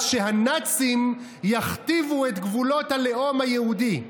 שהנאצים יכתיבו את גבולות הלאום היהודי: